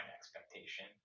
expectation